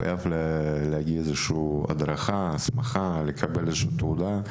חייבת להיות איזו שהיא הסמכה ותעודה.